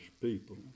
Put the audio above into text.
people